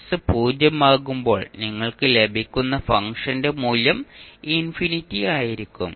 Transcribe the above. s 0 ആകുമ്പോൾ നിങ്ങൾക്ക് ലഭിക്കുന്ന ഫങ്ഷന്റെ മൂല്യം ഇൻഫിനിറ്റി ആയിരിക്കും